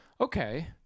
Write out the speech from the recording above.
okay